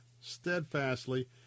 steadfastly